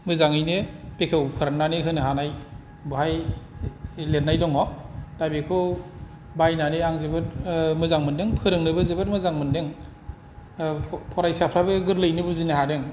मोजाङैनो बेखेवफोरनानै होनो हानाय बाहाय लिरनाय दङ दा बेखौ बायनानै आं जोबोद मोजां मोनदों फोरोंनोबो जोबोत मोजां मोनदों फरायसाफ्राबो गोरलैयैनो बुजिनो हादों